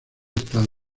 estados